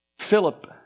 Philip